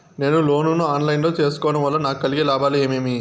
నేను లోను ను online లో సేసుకోవడం వల్ల నాకు కలిగే లాభాలు ఏమేమీ?